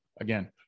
Again